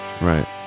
Right